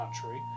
country